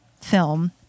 film